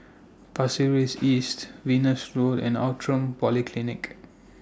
Pasir Ris East Venus Road and Outram Polyclinic